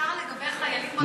בעיקר לגבי חיילים בודדים,